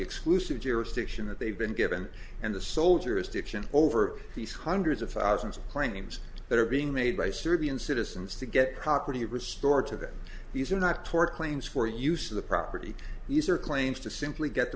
exclusive jurisdiction that they've been given and the soldiers diction over these hundreds of thousands of claims that are being made by serbian citizens to get property restored to them these are not tort claims for use of the property these are claims to simply get the